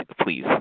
please